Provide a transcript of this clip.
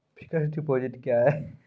Fixed deposit क्या हैं?